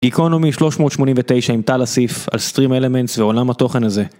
איקרונומי 389 עם טף אסיף על סטרים אלמנטס ועולם התוכן הזה